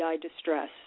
distress